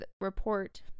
report